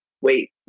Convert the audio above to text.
wait